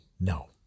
No